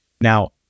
Now